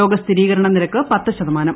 രോഗസ്ഥിരീകരണ നിരക്ക് പത്ത് ശതമാനം